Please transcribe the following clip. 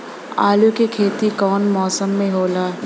आलू के खेती कउन मौसम में होला?